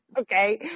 Okay